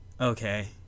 okay